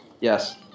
Yes